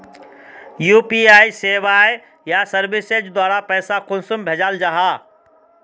UPI सेवाएँ या services द्वारा पैसा कुंसम भेजाल जाहा?